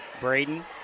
Braden